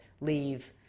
leave